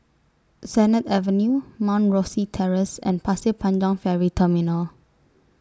Sennett Avenue Mount Rosie Terrace and Pasir Panjang Ferry Terminal